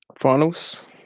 Finals